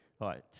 Right